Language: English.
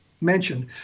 mentioned